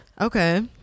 Okay